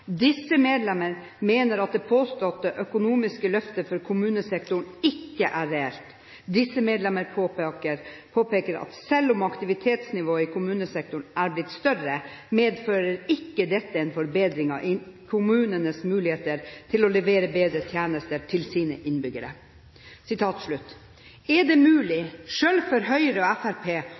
Disse medlemmer påpeker at selv om aktivitetsnivået i kommunesektoren er blitt større, medfører ikke dette en forbedring av kommunenes muligheter til å levere bedre tjenester til sine innbyggere.» Er det mulig, selv for Høyre og